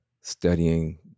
studying